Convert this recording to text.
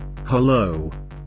hello